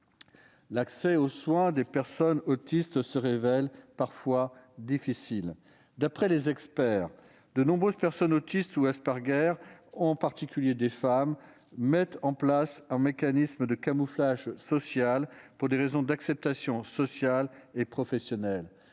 L'accès aux soins des personnes autistes se révèle parfois difficile. D'après les experts, de nombreuses personnes autistes ou Asperger, en particulier des femmes, mettent en place un mécanisme de camouflage social pour des raisons d'acceptation sociale et professionnelle.